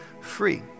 free